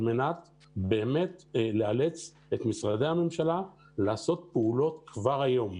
מנת באמת לאלץ את משרדי הממשלה לעשות פעולות כבר היום.